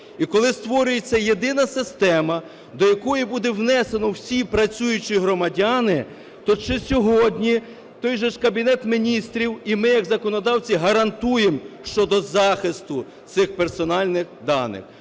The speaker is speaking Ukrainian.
І коли створюється єдина система, до якої будуть внесені всі працюючі громадяни, то чи сьогодні, той же ж Кабінет Міністрів і ми як законодавці, гарантуємо щодо захисту всіх персональних даних?